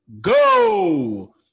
go